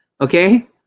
okay